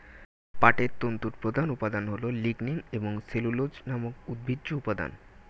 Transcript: পাটের তন্তুর প্রধান উপাদান হল লিগনিন এবং সেলুলোজ নামক উদ্ভিজ্জ উপাদান